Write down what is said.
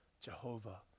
Jehovah